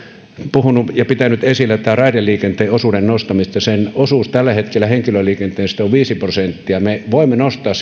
puhunut ja pitänyt esillä on raideliikenteen osuuden nostaminen sen osuus tällä hetkellä henkilöliikenteestä on viisi prosenttia me voimme nostaa